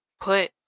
put